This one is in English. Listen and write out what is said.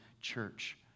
church